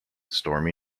stormy